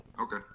Okay